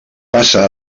passa